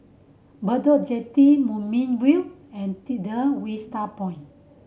Bedok Jetty Moonbeam View and Vista